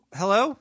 hello